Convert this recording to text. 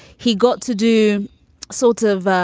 he got to do sort of.